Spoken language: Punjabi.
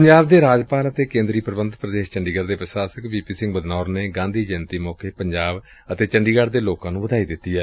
ਪੰਜਾਬ ਦੇ ਰਾਜਪਾਲ ਅਤੇ ਕੇਂਦਰੀ ਪ੍ਰਬੰਧਤ ਪ੍ਰਦੇਸ਼ ਚੰਡੀਗੜ ਦੇ ਪ੍ਰਸ਼ਾਸਕ ਵੀ ਪੀ ਸਿੰਘ ਬਦਨੌਰ ਨੇ ਗਾਂਧੀ ਜੈਯੰਤੀ ਮੌਕੇ ਪੰਜਾਬ ਅਤੇ ਚੰਡੀਗੜ੍ ਦੇ ਲੋਕਾਂ ਨੂੰ ਵਧਾਈ ਦਿੱਤੀ ਏ